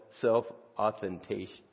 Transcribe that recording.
self-authentication